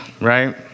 right